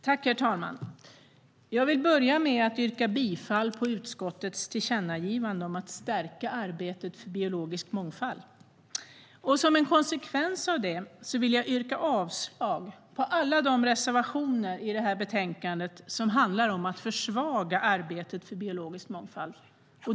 Herr talman! Jag börjar med att yrka bifall till utskottets förslag till tillkännagivande om att stärka arbetet för biologisk mångfald. Som en konsekvens av det vill jag yrka avslag på alla reservationer i betänkandet som handlar om att försvaga arbetet för biologisk mångfald.